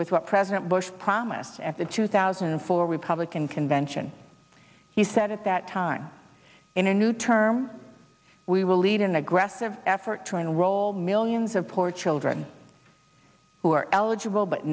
with what president bush promised at the two thousand and four republican convention he said at that time in a new term we will lead an aggressive effort to enroll millions of poor children who are eligible but